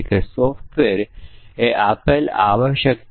અને a b c ની value ને આધારે આપણી પાસે આ ટેસ્ટ કેસ છે